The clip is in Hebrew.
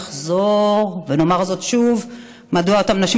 ונחזור ונאמר זאת שוב: מדוע אותן נשים